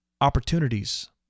opportunities